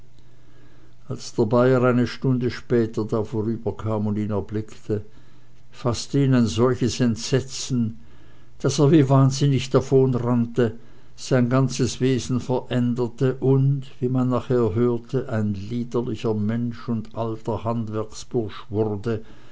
als der bayer eine stunde später da vorüberkam und ihn erblickte faßte ihn ein solches entsetzen daß er wie wahnsinnig davonrannte sein ganzes wesen veränderte und wie man nachher hörte ein liederlicher mensch und alter handwerksbursch wurde